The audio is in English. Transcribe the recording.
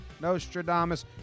Nostradamus